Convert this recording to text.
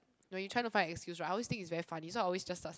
when you trying to find excuse right I always think is very funny so I always just